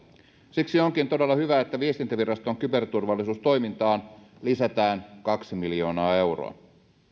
siksi onkin todella hyvä että viestintäviraston kyberturvallisuustoimintaan lisätään kaksi miljoonaa euroa